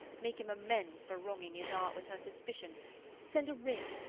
make him amends for wronging his art with her suspicion send a ring,